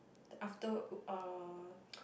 the afterward uh